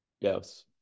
Yes